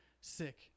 sick